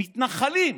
מתנחלים.